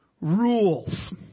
rules